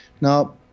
Now